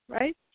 right